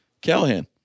Callahan